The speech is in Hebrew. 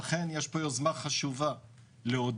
ואכן יש פה יוזמה חשובה לעודד,